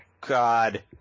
god